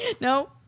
No